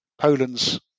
Poland's